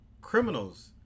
criminals